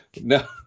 No